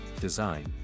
design